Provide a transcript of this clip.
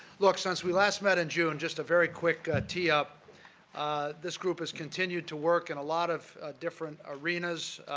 look, since we last met in june, just a very quick t-up. this group has continued to work in a lot of different arenas.